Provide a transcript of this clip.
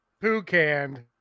poo-canned